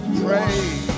pray